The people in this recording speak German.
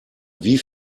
wie